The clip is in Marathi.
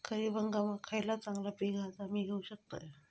खरीप हंगामाक खयला चांगला पीक हा जा मी घेऊ शकतय?